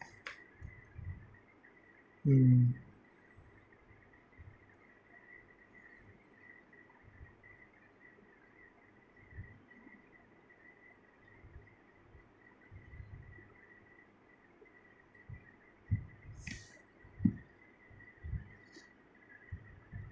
mm